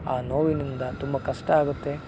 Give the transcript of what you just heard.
ಆ ನೋವಿನಿಂದ ತುಂಬ ಕಷ್ಟ ಆಗುತ್ತೆ